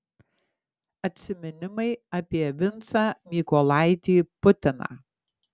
atsiminimai apie vincą mykolaitį putiną